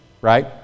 right